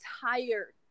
tired